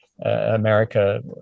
america